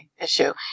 issue